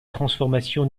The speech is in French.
transformation